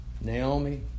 Naomi